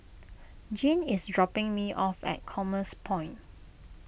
Jean is dropping me off at Commerce Point